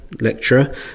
lecturer